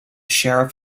sheriff